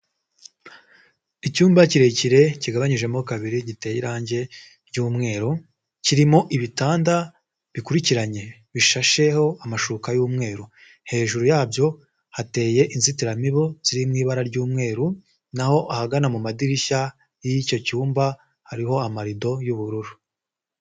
Icyumba kirekire kigabanyijemo kabiri giteye irangi ry'umweru kirimo ibitanda bikurikiranye bishasheho amashuka y'umweru, hejuru yabyo hateye inzitiramibu ziri mu ibara ry'umweru naho ahagana mu madirishya y'icyo cyumba hariho amarido y'ubururu.